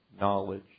knowledge